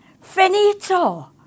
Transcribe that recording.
finito